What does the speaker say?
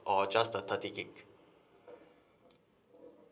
or just the thirty gigabyte